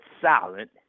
silent